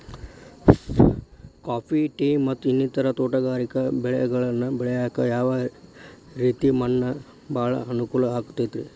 Coffee, tea, ಮತ್ತ ಇನ್ನಿತರ ತೋಟಗಾರಿಕಾ ಬೆಳೆಗಳನ್ನ ಬೆಳೆಯಾಕ ಯಾವ ರೇತಿ ಮಣ್ಣ ಭಾಳ ಅನುಕೂಲ ಆಕ್ತದ್ರಿ?